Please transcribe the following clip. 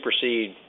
supersede